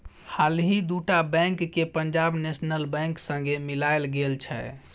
हालहि दु टा बैंक केँ पंजाब नेशनल बैंक संगे मिलाएल गेल छै